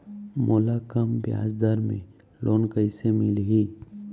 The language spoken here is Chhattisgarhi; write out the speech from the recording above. मोला कम ब्याजदर में लोन कइसे मिलही?